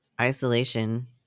isolation